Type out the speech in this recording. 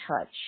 touch